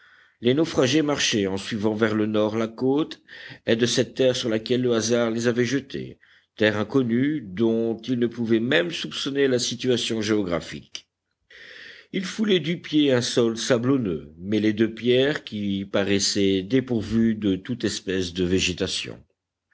les naufragés marchaient en suivant vers le nord la côte est de cette terre sur laquelle le hasard les avait jetés terre inconnue dont ils ne pouvaient même soupçonner la situation géographique ils foulaient du pied un sol sablonneux mêlé de pierres qui paraissait dépourvu de toute espèce de végétation